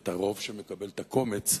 ואת הרוב שמקבל את הקומץ,